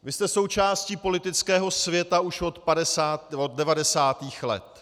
Vy jste součástí politického světa už od padesátých , devadesátých let.